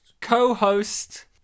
co-host